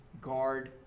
guard